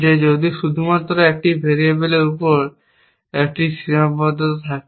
যে যদি শুধুমাত্র সেই ভেরিয়েবলের উপর একটি সীমাবদ্ধতা থাকে